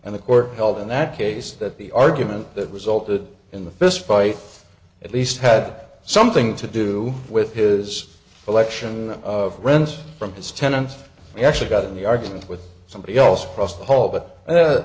and the court held in that case that the argument that resulted in the fist fight at least had something to do with his election rent from his tenants he actually got in the argument with somebody else crossed the hall but